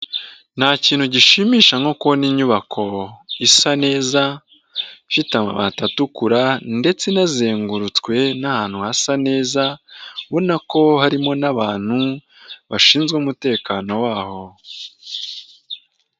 Nta kintu gishimisha nko kubona inyubako isa neza ifite amabati atukura ndetseazengurutswe n'ahantu hasa neza ubona ko harimo n'abantu bashinzwe umutekano waho.